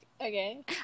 Okay